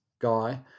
guy